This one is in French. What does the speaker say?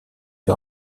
lui